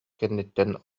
кэнниттэн